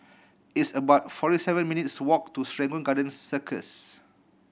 it's about forty seven minutes' walk to Serangoon Garden Circus